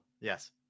Yes